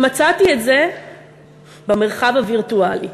מצאתי את זה במרחב הווירטואלי.